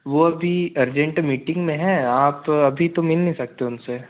वह अभी urgent meeting में हैं आप अभी तो मिल नहीं सकते उनसे